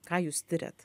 ką jūs tiriat